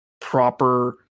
proper